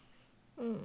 hmm